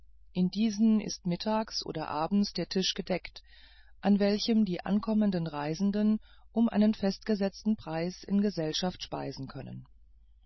in diesen ist mittags oder abends der tisch gedeckt an welchem die ankommenden reisenden um einen festgesetzten preis in gesellschaft speisen können